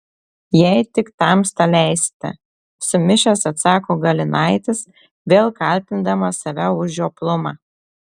jei tik tamsta leisite sumišęs atsako galinaitis vėl kaltindamas save už žioplumą